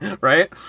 right